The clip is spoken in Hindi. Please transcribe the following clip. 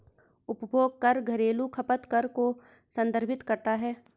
उपभोग कर घरेलू खपत कर को संदर्भित करता है